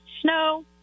Snow